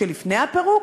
שלפני הפירוק,